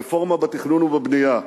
הרפורמה בתכנון ובבנייה,